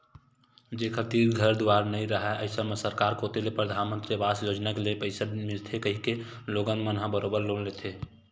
जेखर तीर घर दुवार नइ राहय अइसन म सरकार कोती ले परधानमंतरी अवास योजना ले पइसा मिलथे कहिके लोगन मन ह बरोबर लोन लेथे